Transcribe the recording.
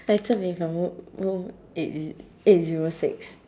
来证明 if you're ro~ ro~ eight z~ eight zero six